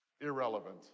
irrelevant